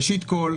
ראשית כול,